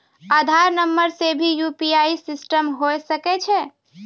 आधार नंबर से भी यु.पी.आई सिस्टम होय सकैय छै?